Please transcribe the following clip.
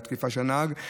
אחרי התקיפה של הנהג.